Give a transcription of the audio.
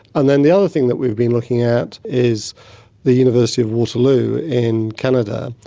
and then the other thing that we've been looking at is the university of waterloo in canada,